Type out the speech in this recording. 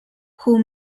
who